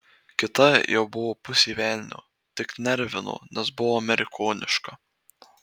kita jau buvo pusė velnio tik nervino nes buvo amerikoniška